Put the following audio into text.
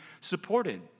supported